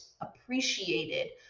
appreciated